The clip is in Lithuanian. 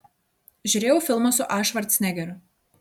žiūrėjau filmą su a švarcnegeriu